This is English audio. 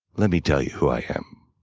let me tell you who i am.